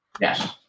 Yes